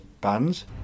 bands